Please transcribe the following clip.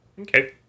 Okay